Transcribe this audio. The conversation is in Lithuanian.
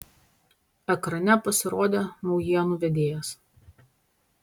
ekrane pasirodė naujienų vedėjas